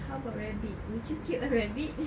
how about rabbit would you keep a rabbit